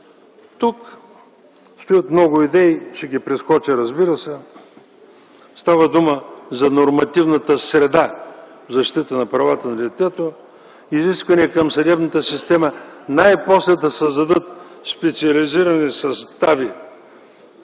Тук стоят много идеи, разбира се, ще ги прескоча. Става дума за нормативната среда в защита на правата на детето, изисквания към съдебната система най-после да създадe специализирани състави